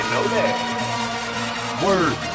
Word